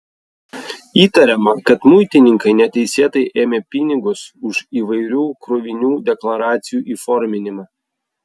įtariama kad muitininkai neteisėtai ėmė pinigus už įvairių krovinių deklaracijų įforminimą